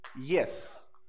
yes